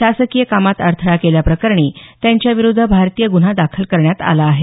शासकीय कामात अडथळा केल्याप्रकरणी त्यांच्या विरूद्ध भारतीय गुन्हा दाखल करण्यात आला आहे